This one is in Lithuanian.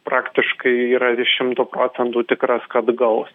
praktiškai yra viš šimtu procentų tikras kad gaus